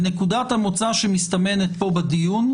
ונקודת המוצא שמסתמנת פה בדיון,